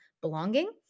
belonging